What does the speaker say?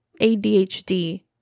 ADHD